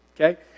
Okay